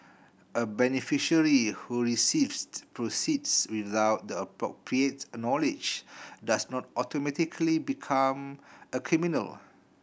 a beneficiary who receives proceeds without the appropriate knowledge does not automatically become a criminal